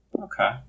Okay